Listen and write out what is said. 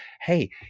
hey